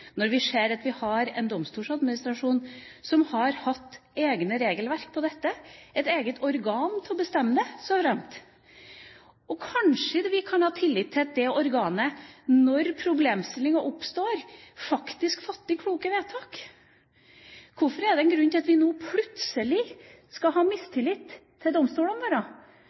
når vi ser at vi har en Domstoladministrasjon som har hatt egne regelverk for dette, et eget organ til å bestemme det så langt. Kanskje kan vi ha tillit til at det organet når problemstillinga oppstår, faktisk fatter kloke vedtak. Hvorfor er det en grunn til at vi nå plutselig skal ha mistillit til domstolene våre?